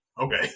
Okay